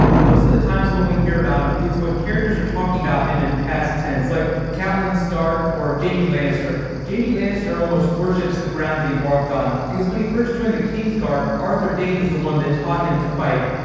most of the times when we hear about him, it's when characters are talking about him in past tense, like catelyn stark or jaime lannister. jaime lannister almost worships the ground that he walked on, because when he first joined the kingsguard, arthur dayne was the one who taught him to fight.